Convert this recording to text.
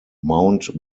mount